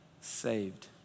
saved